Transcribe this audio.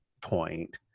point